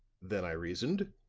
then i reasoned,